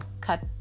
Cut